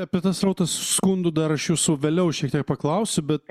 apie tas srautas skundų dar aš jūsų vėliau šiek tiek paklausiu bet